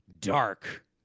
dark